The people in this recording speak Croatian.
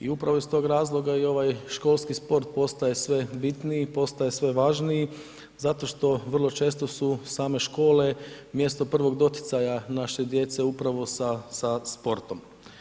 I upravo iz tog razloga i ovaj školski sport postaje sve bitniji, postaje sve važniji zato što vrlo često su same škole mjesto prvog doticaja naše djece upravo sa sportom.